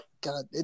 God